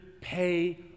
pay